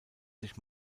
sich